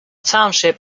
township